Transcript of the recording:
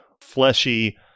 fleshy